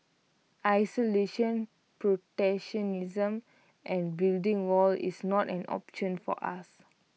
isolation protectionism and building walls is not an option for us